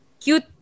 cute